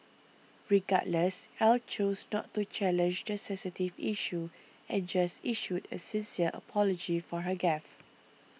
regardless Ell chose not to challenge the sensitive issue and just issued a sincere apology for her gaffe